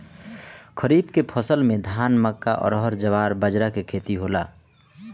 खरीफ के फसल में धान, मक्का, अरहर, जवार, बजरा के खेती होला